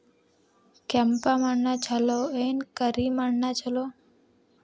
ಕೆಂಪ ಮಣ್ಣ ಛಲೋ ಏನ್ ಕರಿ ಮಣ್ಣ ಛಲೋ?